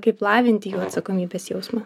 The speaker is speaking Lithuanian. kaip lavinti jų atsakomybės jausmą